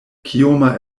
kioma